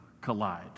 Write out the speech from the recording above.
collide